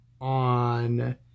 on